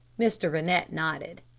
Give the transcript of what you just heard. mr. rennett nodded.